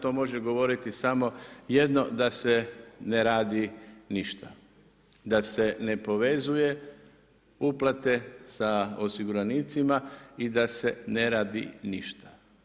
To može govoriti samo jedno da se ne radi ništa, da se ne povezuje uplate, sa osiguranicima i da se ne radi ništa.